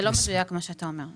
זה לא מדויק מה שאתה אומר.